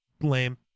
lame